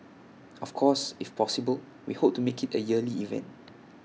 of course if possible we hope to make IT A yearly event